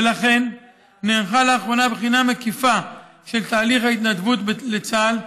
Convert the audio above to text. ולכן נערכה לאחרונה בחינה מקיפה של תהליך ההתנדבות לצה"ל,